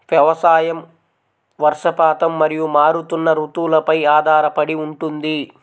వ్యవసాయం వర్షపాతం మరియు మారుతున్న రుతువులపై ఆధారపడి ఉంటుంది